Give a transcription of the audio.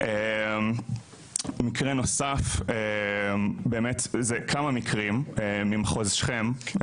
מקרה נוסף באמת, זה כמה מקרים ממחוז שכם.